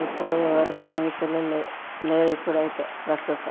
ఇప్పుడు ఎవరు స్నేహితులు లే లేరు ఇప్పుడైతే ప్రస్తుతం